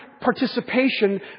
participation